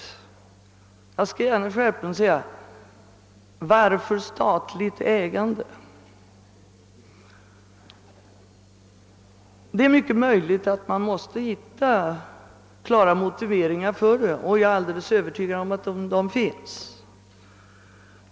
Jag tycker frågan är viktig. Jag skall gärna tillspetsa det och säga: Varför statligt ägande? Man måste hitta klara motiveringar för det, och jag är alldeles övertygad om att de finns.